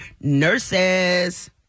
nurses